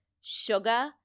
sugar